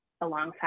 alongside